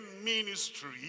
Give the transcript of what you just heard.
ministry